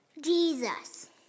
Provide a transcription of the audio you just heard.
Jesus